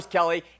Kelly